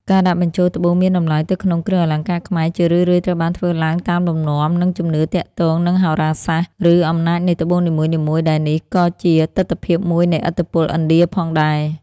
ការដាក់បញ្ចូលត្បូងមានតម្លៃទៅក្នុងគ្រឿងអលង្ការខ្មែរ ជារឿយៗត្រូវបានធ្វើឡើងតាមលំនាំ និងជំនឿទាក់ទងនឹងហោរាសាស្ត្រ ឬអំណាចនៃត្បូងនីមួយៗ ដែលនេះក៏ជាទិដ្ឋភាពមួយនៃឥទ្ធិពលឥណ្ឌាផងដែរ។